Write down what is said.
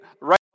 right